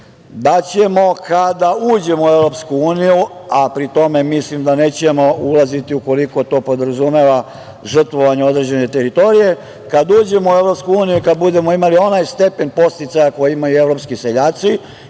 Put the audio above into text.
da ćemo, kada uđemo u EU, a pri tome mislim da nećemo ulaziti ukoliko to podrazumeva žrtvovanje određene teritorije, kad uđemo u EU, kada budemo imali onaj stepen podsticaja koji imaju evropski seljaci